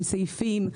עם סעיפים,